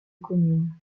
commune